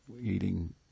eating